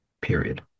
period